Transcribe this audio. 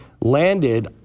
landed